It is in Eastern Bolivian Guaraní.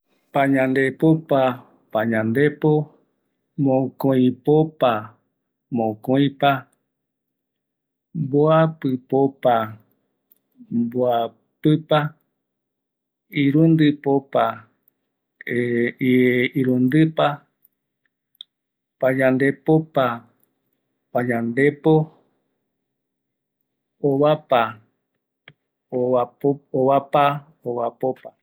Payandepopa payandepo, mokoïpopa mokoïpa, mboapɨpopa mboapɨpa, mboapɨpopa mboapipa, irundɨpopa irundɨpa, pandepopopa padenpopa